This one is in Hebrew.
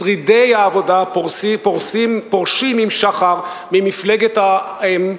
שרידי העבודה פורשים עם שחר ממפלגת האם,